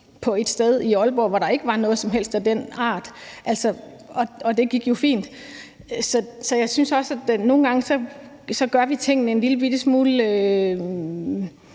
på et sted i Aalborg, hvor der ikke var noget som helst af den art, og det gik jo fint. Så jeg synes også, at vi nogle gange gør tingene en lillebitte